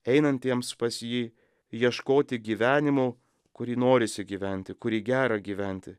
einantiems pas jį ieškoti gyvenimo kurį norisi gyventi kurį gera gyventi